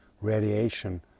radiation